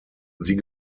sie